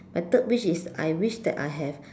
my third wish is I wish that I have